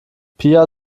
pia